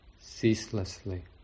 ceaselessly